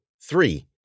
three